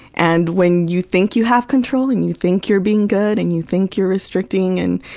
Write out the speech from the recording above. and when you think you have control and you think you're being good and you think you're restricting and,